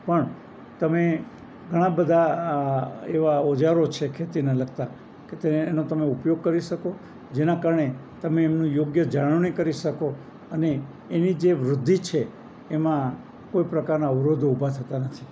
પણ તમે ઘણા બધા એવા ઓજારો છે ખેતીને લગતા કે તે એનો તમે ઉપયોગ કરી શકો જેના કારણે તમે એમનું યોગ્ય જાળવણી કરી શકો અને એની જે વૃદ્ધિ છે એમાં કોઈ પ્રકારના અવરોધો ઊભા થતા નથી